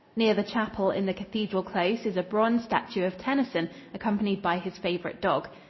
near the chapel in the cathedral close is a bronze statue of tennyson accompanied by his favorite dog.